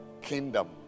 kingdom